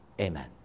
Amen